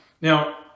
Now